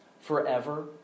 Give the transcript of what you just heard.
forever